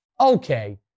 Okay